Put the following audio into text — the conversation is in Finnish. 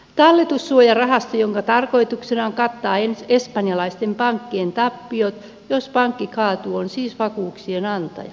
talletussuojarahasto jonka tarkoituksena on kattaa espanjalaisten pankkien tappiot jos pankki kaatuu on siis vakuuksien antaja